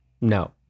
No